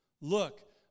Look